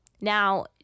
Now